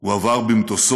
שהוא עבר במטוסו